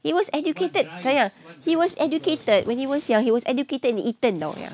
he was educated sayang he was educated when he was young he was educated in eton [tau]